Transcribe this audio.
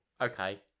Okay